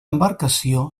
embarcació